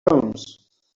homes